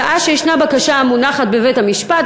בשעה שיש בקשה המונחת בבית-המשפט,